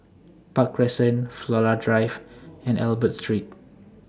Park Crescent Flora Drive and Albert Street